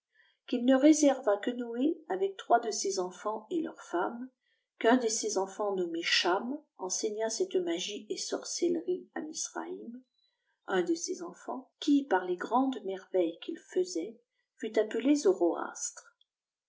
qu'il ne réserva que noé avec trois df ses enfonts et leurf témmes qu'un de ses enfants nommé ctiam eaaeî eette magie et sorcellerie à misralm un de ses enfants qui par les grandes finerveilles qu'il faisait fut appelé